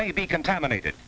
may be contaminated